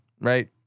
right